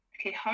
Okay